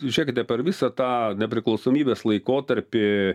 žiūrėkite per visą tą nepriklausomybės laikotarpį